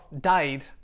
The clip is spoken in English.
died